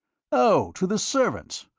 oh, to the servants?